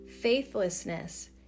faithlessness